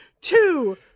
Two